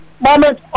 moment